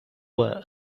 were